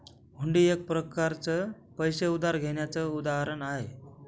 हुंडी एक प्रकारच पैसे उधार घेण्याचं उदाहरण आहे